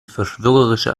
verschwörerischer